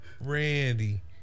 Randy